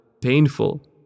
painful